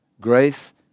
Grace